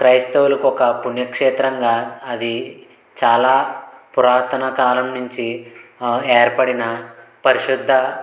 క్రైస్తవులకు ఒక పుణ్యక్షేత్రంగా అది చాలా పురాతన కాలం నుంచి ఏర్పడిన పరిశుద్ధ